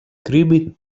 gribi